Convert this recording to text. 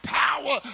power